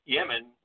Yemen